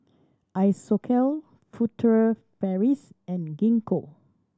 Isocal Furtere Paris and Gingko